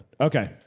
Okay